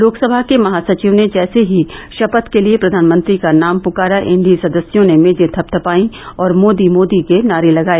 लोकसभा के महासचिव ने जैसे ही शपथ के लिए प्रधानमंत्री का नाम पुकारा एन डी ए सदस्यों ने मेजें थपथपाई और मोदी मोदी के नारे लगाए